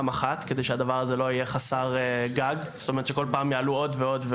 הנוכחית כדי שכל הנתונים יהיו בפני הדיווח של ועדת